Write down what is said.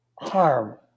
harm